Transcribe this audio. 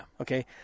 Okay